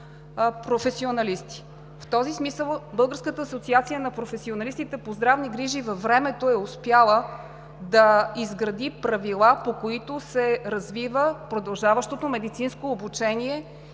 В този смисъл Българската асоциация на професионалистите по здравни грижи във времето е успяла да изгради правила, по които се развива продължаващото медицинско обучение